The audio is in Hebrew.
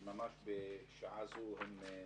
בשעה זו ממש הם